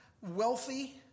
wealthy